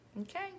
Okay